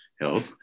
health